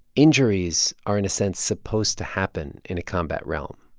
injuries are, in a sense, supposed to happen in a combat realm.